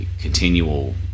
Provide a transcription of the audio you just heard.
Continual